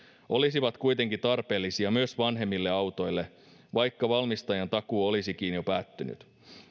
olisivat kuitenkin tarpeellisia myös vanhemmille autoille vaikka valmistajan takuu olisikin jo päättynyt